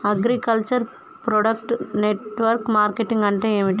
Agriculture product network marketing అంటే ఏంది?